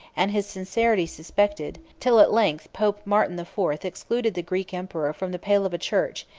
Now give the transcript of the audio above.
and his sincerity suspected till at length pope martin the fourth excluded the greek emperor from the pale of a church,